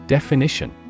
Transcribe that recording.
Definition